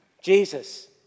Jesus